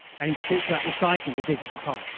and he talks about reciting the digits of pi.